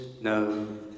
no